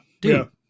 dude